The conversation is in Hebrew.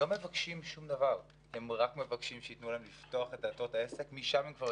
בשביל לפתוח את העסק אתה צריך